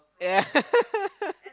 yeah